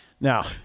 Now